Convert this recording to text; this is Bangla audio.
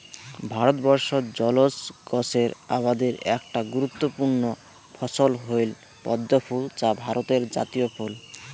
ভারতবর্ষত জলজ গছের আবাদের একটা গুরুত্বপূর্ণ ফছল হইল পদ্মফুল যা ভারতের জাতীয় ফুল